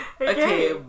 okay